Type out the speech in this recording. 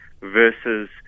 versus